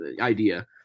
idea